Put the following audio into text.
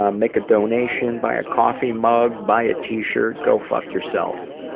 ah make a donation, buy a coffee mug, buy a t-shirt, go fuck yourself.